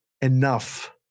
Enough